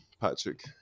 Patrick